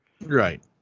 right